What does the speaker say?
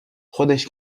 خودش